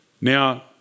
Now